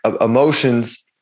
Emotions